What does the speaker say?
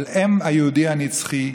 אבל הם היהודי הנצחי.